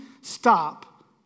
stop